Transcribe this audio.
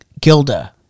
Gilda